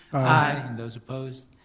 aye. and those opposed,